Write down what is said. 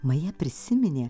maja prisiminė